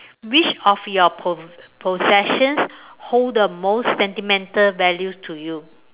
which of your po~ possessions hold the most sentimental values to you